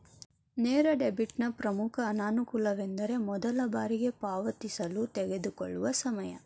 ನೇರ ಡೆಬಿಟ್ನ ಪ್ರಮುಖ ಅನಾನುಕೂಲವೆಂದರೆ ಮೊದಲ ಬಾರಿಗೆ ಪಾವತಿಸಲು ತೆಗೆದುಕೊಳ್ಳುವ ಸಮಯ